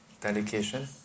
dedication